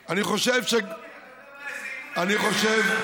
חברים, אני חושב,